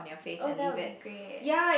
oh that will be great eh